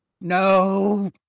No